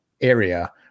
area